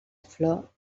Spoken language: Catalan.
flor